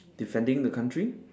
defending the country